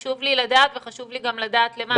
חשוב לי לדעת וחשוב לי גם לדעת לְמה,